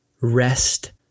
rest